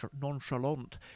nonchalant